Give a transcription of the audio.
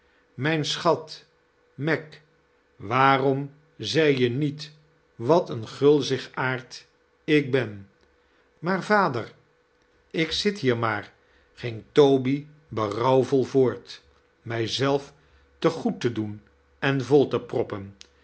mijn schat meg waarom zei je niet wat een gulzigaard ik ben maar vader ik z'it hier maar ging toby berouwvol voort mij zelf te goed te doen en vol te proppen